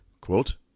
Quote